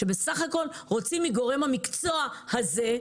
שבסך הכול רוצים מגורם המקצוע הזה תשובה.